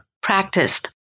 practiced